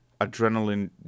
adrenaline